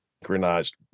synchronized